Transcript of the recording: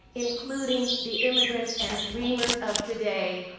including the immigrants and dreamers of today